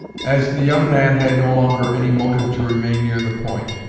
as the young man had no longer any motive to remain near the point,